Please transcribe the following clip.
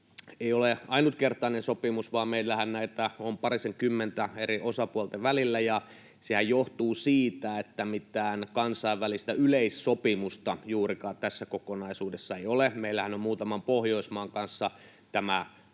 ei ole ainutkertainen sopimus, vaan meillähän näitä on parisenkymmentä eri osapuolten välillä. Sehän johtuu siitä, että mitään kansainvälistä yleissopimusta juurikaan tässä kokonaisuudessa ei ole. Meillähän on muutaman Pohjoismaan kanssa tämä yhteinen